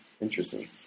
Interesting